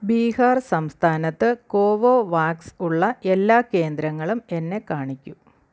ബീഹാർ സംസ്ഥാനത്ത് കോവോവാക്സ് ഉള്ള എല്ലാ കേന്ദ്രങ്ങളും എന്നെ കാണിക്കൂ